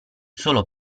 solo